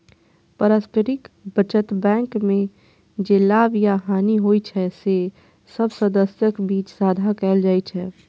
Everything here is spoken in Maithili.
पारस्परिक बचत बैंक मे जे लाभ या हानि होइ छै, से सब सदस्यक बीच साझा कैल जाइ छै